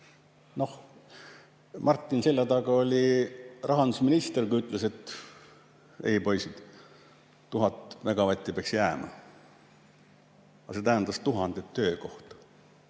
kes mu selja taga, oli rahandusminister, kui ütles, et ei, poisid, 1000 megavatti peaks jääma. See tähendas tuhandet töökohta.